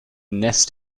nest